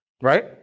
right